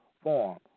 form